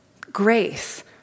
grace